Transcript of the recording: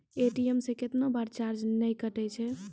ATM से कैतना बार चार्ज नैय कटै छै?